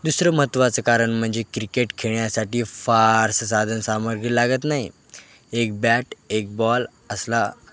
दुसरं महत्त्वाचं कारण म्हणजे क्रिकेट खेळण्यासाठी फारसं साधन सामग्री लागत नाही एक बॅट एक बॉल असला